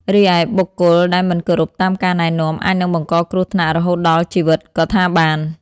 រីឯ បុគ្គលដែលមិនគោរពតាមការណែនាំ អាចនឹងបង្កគ្រោះថ្នាក់រហូតដល់ជីវិតក៏ថាបាន។